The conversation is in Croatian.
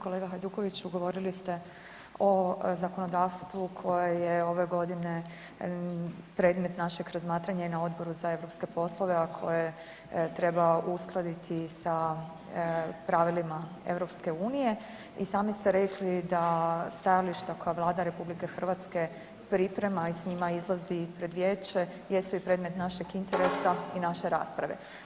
Kolega Hajdukoviću govorili ste o zakonodavstvu koje je ove godine predmet našeg razmatranja i na Odboru za europske poslove, a koje treba uskladiti sa pravilima EU i sami ste rekli da stajališta koja Vlada RH priprema i s njima izlazi pred vijeće jesu i predmet našeg interesa i naše rasprave.